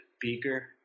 Beaker